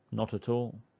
not at all.